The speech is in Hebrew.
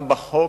גם בחוק,